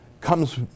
comes